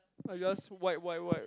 I just wipe wipe wipe